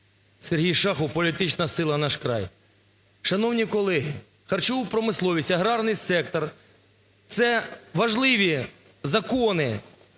Сергій Шахов, політична сила "Наш край". Шановні колеги! Харчова промисловість, аграрний сектор – це важливі закони